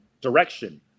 direction